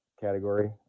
category